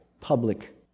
public